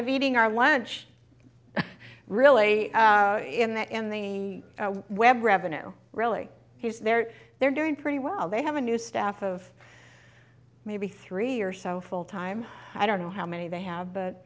of eating our lunch really in that in the web revenue really he's there they're doing pretty well they have a new staff of maybe three or so full time i don't know how many they have but